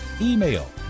email